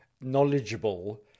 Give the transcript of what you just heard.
knowledgeable